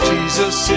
Jesus